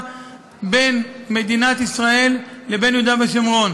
בין מדינת ישראל לבין יהודה ושומרון,